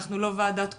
אנחנו לא ועדת קורונה.